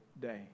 day